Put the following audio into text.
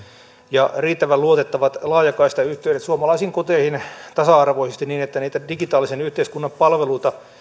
ja riittävän luotettavat laajakaistayhteydet suomalaisiin koteihin tasa arvoisesti niin että niitä digitaalisen yhteiskunnan palveluita